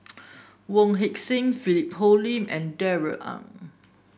Wong Heck Sing Philip Hoalim and Darrell Ang